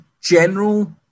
general